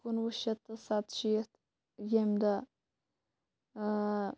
کُنوُہ شیٚتھ تہٕ سَتشیٖتھ یَمہِ دۄہ